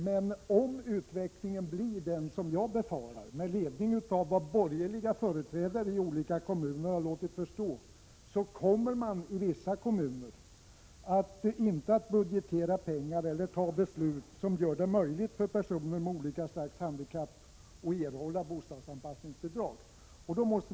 Men om utvecklingen blir den jag befarar med anledning av vad borgerliga företrädare i olika kommuner har låtit förstå, kommer man i vissa kommuner varken att budgetera pengar eller fatta beslut som gör det möjligt för personer med olika slags handikapp att erhålla bostadsanpassningsbidrag.